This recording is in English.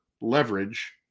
leverage